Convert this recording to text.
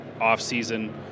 off-season